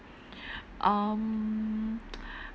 um